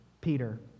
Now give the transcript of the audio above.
Peter